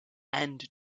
and